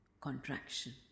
contraction